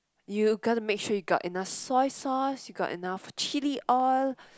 you gonna make sure you got enough soy sauce you got enough chili oil